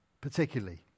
particularly